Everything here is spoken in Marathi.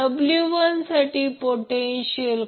67 अँगल 0° अँपिअर आहे